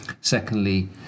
Secondly